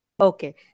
Okay